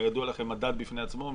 וכידוע לכם זה מדד בפני עצמו.